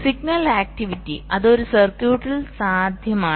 signal activity അത് ഒരു സർക്യൂട്ടിൽ സാധ്യമാണ്